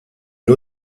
une